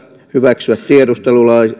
hyväksyä tiedustelulait